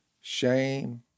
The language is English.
shame